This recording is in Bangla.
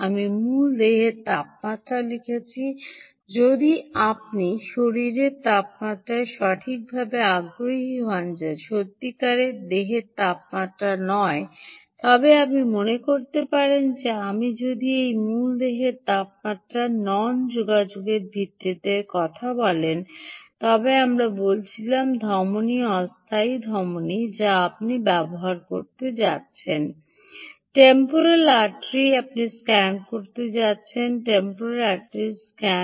আমি মূল দেহের তাপমাত্রা লিখেছি যদি আপনি শরীরের তাপমাত্রায় সঠিকভাবে আগ্রহী হন যা সত্যিকারের দেহের তাপমাত্রা নয় তবে আপনি মনে করতে পারেন যে আপনি যদি এই মূল দেহের তাপমাত্রা নন যোগাযোগের ভিত্তিতে কথা বলেন তবে আমরা বলেছিলাম ধমনী অস্থায়ী ধমনী যা আপনি ব্যবহার করতে যাচ্ছেন টেম্পোরাল আর্টারি আপনি স্ক্যান করতে যাচ্ছেন টেম্পোরাল আর্টারি স্ক্যান